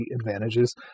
advantages